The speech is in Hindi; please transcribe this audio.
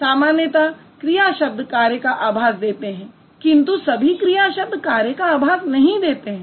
समान्यतः क्रिया शब्द कार्य का आभास देते हैं किन्तु सभी क्रिया शब्द कार्य का आभास नहीं देते हैं